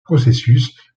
processus